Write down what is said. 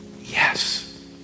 yes